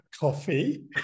coffee